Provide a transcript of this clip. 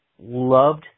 loved